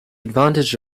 advantage